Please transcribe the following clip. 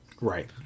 Right